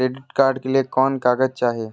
Credit card के लिए कौन कागज चाही?